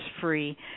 free